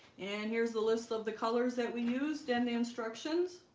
and here's the list of the colors that we used and the instructions